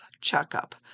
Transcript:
checkup